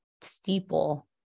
steeple